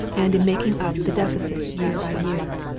and in making up the deficit year by year.